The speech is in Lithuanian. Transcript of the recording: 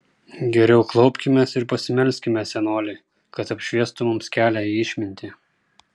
geriau klaupkimės ir pasimelskime senolei kad apšviestų mums kelią į išmintį